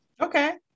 Okay